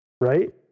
right